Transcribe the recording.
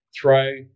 throw